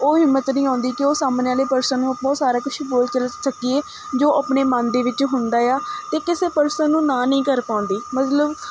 ਉਹ ਹਿੰਮਤ ਨਹੀਂ ਆਉਂਦੀ ਕਿ ਉਹ ਸਾਹਮਣੇ ਵਾਲੇ ਪਰਸਨ ਨੂੰ ਆਪਾਂ ਉਹ ਸਾਰਾ ਕੁਛ ਬੋਲ ਸਕੀਏ ਜੋ ਆਪਣੇ ਮਨ ਦੇ ਵਿੱਚ ਹੁੰਦਾ ਆ ਅਤੇ ਕਿਸੇ ਪਰਸਨ ਨੂੰ ਨਾ ਨਹੀਂ ਕਰ ਪਾਉਂਦੀ ਮਤਲਬ